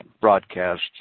broadcast